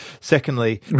Secondly